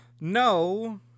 No